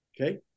Okay